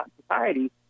society